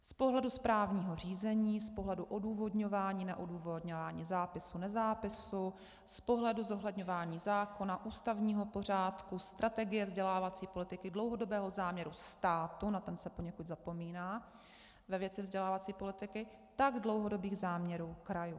Z pohledu správního řízení, z pohledu odůvodňování neodůvodňování zápisu nezápisu, z pohledu zohledňování zákona, ústavního pořádku, strategie vzdělávací politiky, dlouhodobého záměru státu, na ten se poněkud zapomíná ve věci vzdělávací politiky, tak dlouhodobých záměrů krajů.